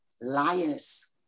liars